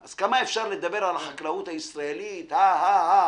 אז כמה אפשר לדבר על החקלאות הישראלית ה-ה-ה,